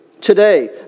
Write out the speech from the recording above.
today